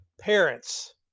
parents